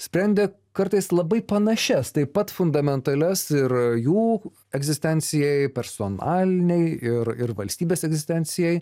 sprendė kartais labai panašias taip pat fundamentalias ir jų egzistencijai personalinei ir ir valstybės egzistencijai